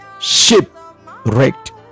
Shipwrecked